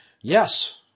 Yes